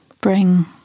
bring